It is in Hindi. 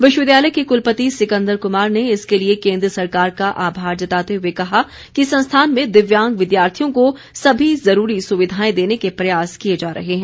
विश्वविद्यालय के कुलपति सिकंदर कुमार ने इसके लिए केन्द्र सरकार का आभार जताते हुए कहा कि संस्थान में दिव्यांग विद्यार्थियों को समी ज़रूरी सुविधाएं देने के प्रयास किए जा रहे हैं